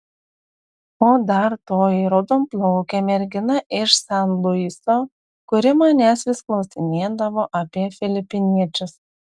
o dar toji raudonplaukė mergina iš san luiso kuri manęs vis klausinėdavo apie filipiniečius